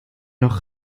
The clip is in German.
noch